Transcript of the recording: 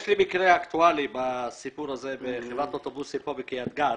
יש לי מקרה אקטואלי בסיפור הזה בחברת אוטובוסים פה בקריית גת,